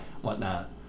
whatnot